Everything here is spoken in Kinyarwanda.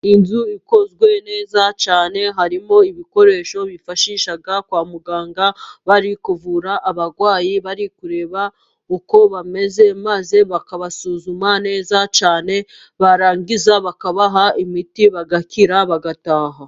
Inzu ikozwe neza cyane harimo ibikoresho bifashisha kwa muganga bari kuvura abarwayi, bari kureba uko bameze, maze bakabasuzuma neza cyane, barangiza bakabaha imiti bagakira, bagataha.